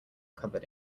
covered